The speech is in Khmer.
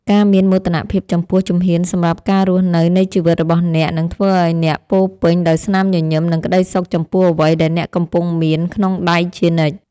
ការមានមោទនភាពចំពោះជំហានសម្រាប់ការរស់នៅនៃជីវិតរបស់អ្នកនឹងធ្វើឱ្យអ្នកពោរពេញដោយស្នាមញញឹមនិងក្ដីសុខចំពោះអ្វីដែលអ្នកកំពុងមានក្នុងដៃជានិច្ច។